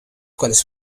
cuales